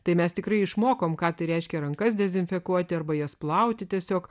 tai mes tikrai išmokom ką reiškia rankas dezinfekuoti arba jas plauti tiesiog